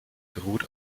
beruht